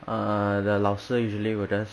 uh the 老师 usually will just